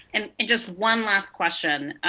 and and just one last question.